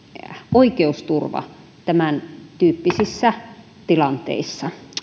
oikeusturva tämäntyyppisissä tilanteissa